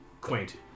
quaint